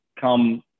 come